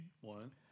One